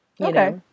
Okay